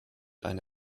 eine